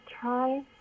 try